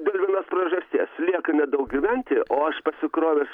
dėl vienos priežasties lieka nedaug gyventi o aš pasikrovęs